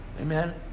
Amen